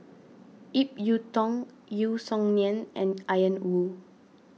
Ip Yiu Tung Yeo Song Nian and Ian Woo